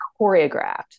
choreographed